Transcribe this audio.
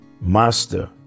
Master